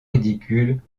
ridicules